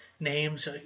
Names